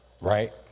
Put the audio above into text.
Right